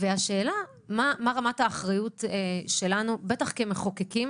השאלה היא מה רמת האחריות שלנו, בטח כמחוקקים